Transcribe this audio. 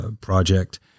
project